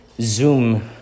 Zoom